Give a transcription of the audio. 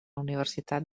universitat